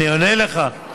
אני עונה לך.